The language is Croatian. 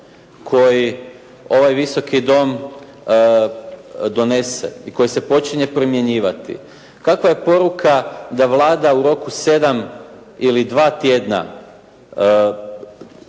koji ovaj Visoki dom donese i koji se počinje primjenjivati, kakva je poruka da Vlada u roku 7 ili dva tjedna,